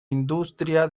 industria